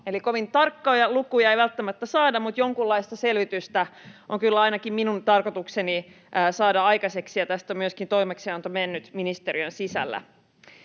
Eli kovin tarkkoja lukuja ei välttämättä saada, mutta jonkunlaista selvitystä on kyllä ainakin minun tarkoitukseni saada aikaiseksi, ja tästä on myöskin toimeksianto mennyt ministeriön sisällä.